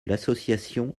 l’association